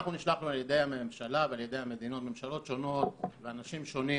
אנחנו נשלחנו על ידי הממשלה ועל ידי הממשלות השונות ואנשים שונים